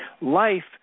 Life